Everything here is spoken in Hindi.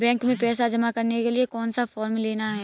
बैंक में पैसा जमा करने के लिए कौन सा फॉर्म लेना है?